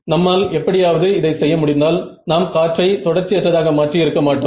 நம்மால் எப்படியாவது இதை செய்ய முடிந்தால் நாம் காற்றை தொடர்ச்சி அற்றதாக மாற்றி இருக்க மாட்டோம்